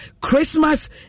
Christmas